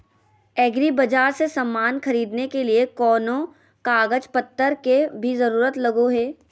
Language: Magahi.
एग्रीबाजार से समान खरीदे के लिए कोनो कागज पतर के भी जरूरत लगो है?